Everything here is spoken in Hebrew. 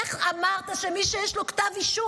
איך אמרת שמי שיש לו כתב אישום,